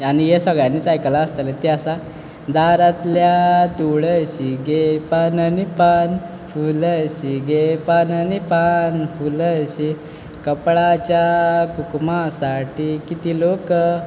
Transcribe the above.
आनी हें सगळ्यांनी आयकलां आसतलें तें आसा दारांतल्या तुळशी गे पानन पान फुलशी गे पानन पान फुलशी कपळाच्या कुकमा साटी किती लोक